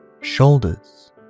shoulders